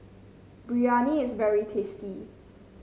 biryani is very tasty